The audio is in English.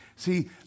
See